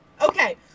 Okay